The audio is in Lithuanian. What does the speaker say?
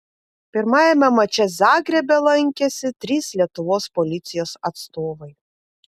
pirmajame mače zagrebe lankėsi trys lietuvos policijos atstovai